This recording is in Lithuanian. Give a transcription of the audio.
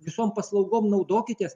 visom paslaugom naudokitės